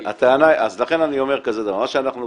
כן, לכן אני אומר כזה דבר, מה שאנחנו ביקשנו,